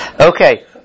okay